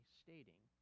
stating